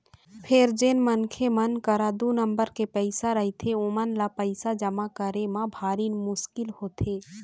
फेर जेन मनखे मन करा दू नंबर के पइसा रहिथे ओमन ल पइसा जमा करे म भारी मुसकिल होथे